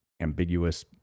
ambiguous